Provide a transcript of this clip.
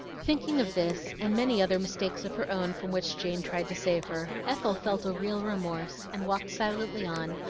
thinking of this, and many other mistakes of her own from which jane tried to save her, ethel felt a real remorse, and walked silently on,